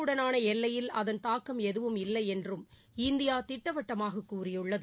வுடனான எல்லையில் அதன் தாக்கம் எதுவும் இல்லை என்றும் இந்தியா திட்டவட்டமாக கூறியுள்ளது